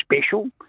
special